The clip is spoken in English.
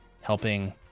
helping